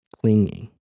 Clinging